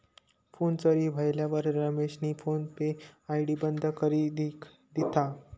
phone चोरी व्हयेलवर रमेशनी फोन पे आय.डी बंद करी दिधा